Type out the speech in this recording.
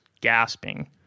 gasping